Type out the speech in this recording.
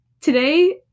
Today